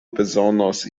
bezonos